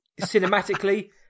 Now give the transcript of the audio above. cinematically